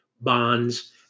bonds